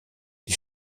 die